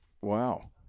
wow